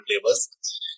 flavors